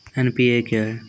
NPA क्या हैं?